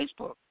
Facebook